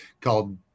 called